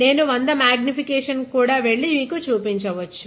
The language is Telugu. నేను 100 X మాగ్నిఫికేషన్ కు కూడా వెళ్లి మీకు చూపించవచ్చు